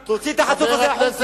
לא.